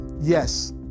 yes